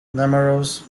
numerous